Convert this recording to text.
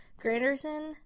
Granderson